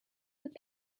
with